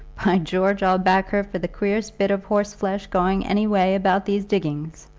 by george, i'll back her for the queerest bit of horseflesh going any way about these diggings.